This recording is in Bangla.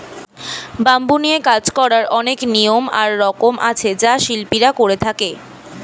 ব্যাম্বু নিয়ে কাজ করার অনেক নিয়ম আর রকম আছে যা শিল্পীরা করে থাকে